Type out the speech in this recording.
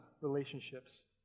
relationships